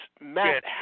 Matt